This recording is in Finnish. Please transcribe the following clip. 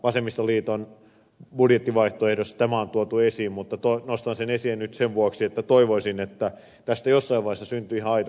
vasemmistoliiton budjettivaihtoehdossa tämä on tuotu esiin mutta nostan sen esiin nyt sen vuoksi että toivoisin että tästä jossain vaiheessa syntyy ihan aito keskustelu